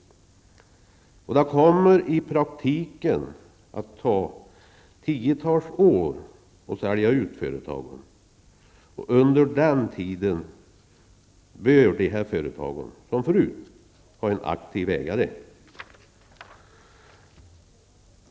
Det kommer i praktiken att ta tiotals år att sälja ut företagen, och under den tiden bör dessa företag, liksom tidigare, ha en aktiv ägare.